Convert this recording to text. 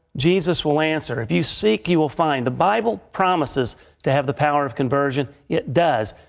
jesus will answer. if you seek, you will find. the bible promises to have the power of conversion. it does.